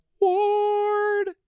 Ward